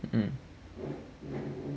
mm